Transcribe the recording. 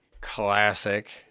classic